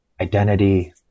identity